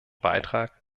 beitrag